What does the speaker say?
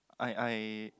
I I